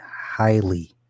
highly